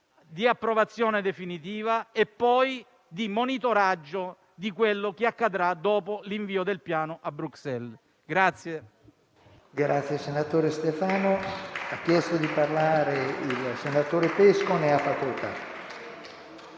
di approvazione definitiva e di monitoraggio di quanto accadrà dopo l'invio del Piano a Bruxelles.